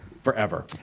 forever